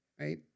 right